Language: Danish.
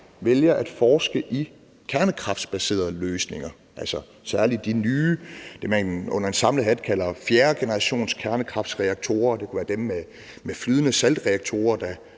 vælger at forske i kernekraftbaserede løsninger og særlig de nye, altså dem, man under en samlet hat kalder fjerdegenerationskernekraftreaktorer. Det kunne være dem med flydende saltreaktorer,